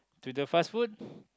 to the fast food